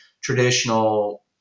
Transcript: traditional